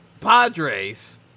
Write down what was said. Padres